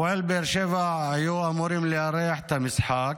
הפועל באר שבע היו אמורים לארח את המשחק.